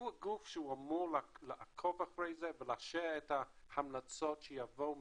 הוא גוף שאמור לעקוב אחרי זה ולאשר את ההמלצות שיבואו